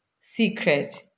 secret